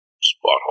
spot